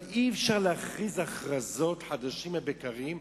אבל אי-אפשר להכריז הכרזות חדשות לבקרים,